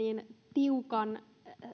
tiukan